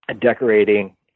decorating